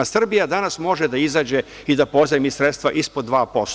Srbija danas može da izađe i da pozajmi sredstva ispod 2%